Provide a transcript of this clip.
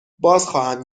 بازخواهم